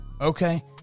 Okay